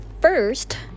first